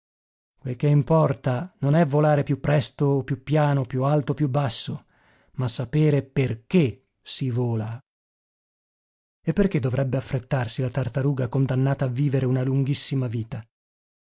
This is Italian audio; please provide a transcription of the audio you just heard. quel che importa non è volare più presto o più piano più alto o più basso ma sapere perché si vola e perché dovrebbe affrettarsi la tartaruga condannata a vivere una lunghissima vita